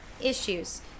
issues